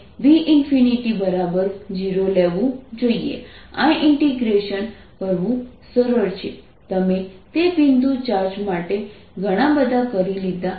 તેથી rR માટે ∂V∂r Q4π0 r2 છે અને V0 લેવું જોઈએ આ ઇન્ટીગ્રેશન કરવું સરળ છે તમે તે બિંદુ ચાર્જ માટે ઘણાં બધાં કરી લીધાં છે